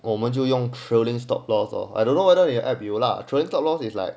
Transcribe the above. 我们就用 trailing stop loss lor I don't know whether you can add 有 lah but trailing loss is like